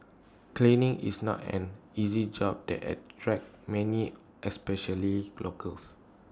cleaning is not an easy job that attracts many especially locals